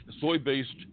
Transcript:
soy-based